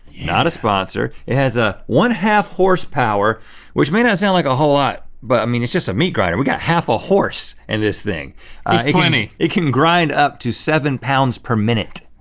not a sponsor. it has a one half horse power which may not sound like a whole lot but i mean it's just a meat grinder. we got half a horse in this thing. it's plenty. it can grind up to seven pounds per minute.